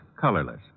colorless